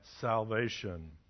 salvation